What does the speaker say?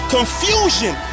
Confusion